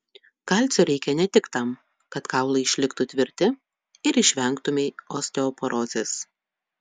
kalcio reikia ne tik tam kad kaulai išliktų tvirti ir išvengtumei osteoporozės